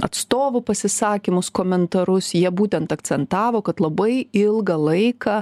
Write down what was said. atstovų pasisakymus komentarus jie būtent akcentavo kad labai ilgą laiką